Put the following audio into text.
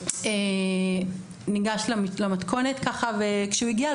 ניגש למתכונת וכשהוא הגיע,